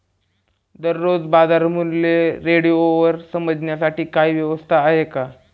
दररोजचे बाजारमूल्य रेडिओवर समजण्यासाठी काही व्यवस्था आहे का?